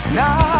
now